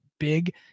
big